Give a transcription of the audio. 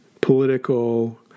political